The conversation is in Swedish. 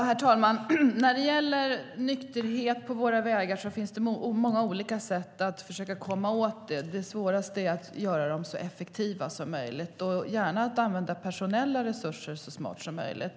Herr talman! Det finns många olika sätt att komma åt onykterheten på våra vägar. Det svåraste är att göra det så effektivt som möjligt och att använda personella resurser så smart som möjligt.